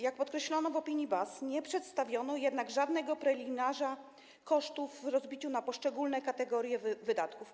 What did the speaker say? Jak podkreślono w opinii BAS, nie przedstawiono jednak żadnego preliminarza kosztów w rozbiciu na poszczególne kategorie wydatków.